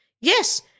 Yes